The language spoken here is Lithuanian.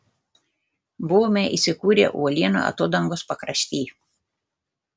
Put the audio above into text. buvome įsikūrę uolienų atodangos pakrašty